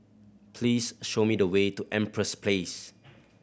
please show me the way to Empress Place